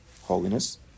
holiness